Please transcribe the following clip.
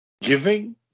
giving